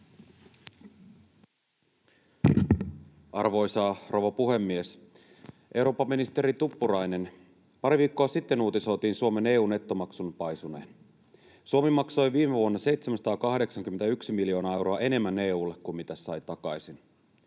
Arvoisa rouva puhemies! Eurooppaministeri Tuppurainen, pari viikkoa sitten uutisoitiin Suomen EU-nettomaksun paisuneen. Suomi maksoi viime vuonna 781 miljoonaa euroa enemmän EU:lle kuin mitä se sai takaisin.